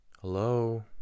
Hello